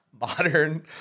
modern